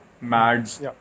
Mads